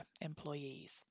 employees